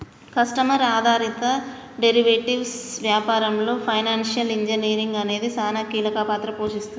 customer ఆధారిత derivatives వ్యాపారంలో financial engineering అనేది సానా కీలక పాత్ర పోషిస్తుంది